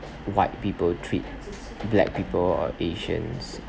white people treat black people or asians